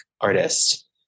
artist